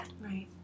Right